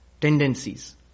tendencies